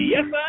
Yes